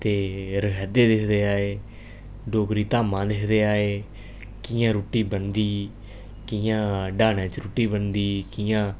ते रहैदे दिखदे आए डोगरी धामां दिखदे आए कियां रुट्टी बनदी कियां डाह्नै च रुट्टी बनदी कियां